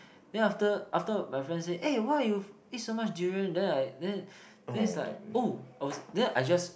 then after after my friend say eh why you eat so much durian then I then then is like oh I was then I just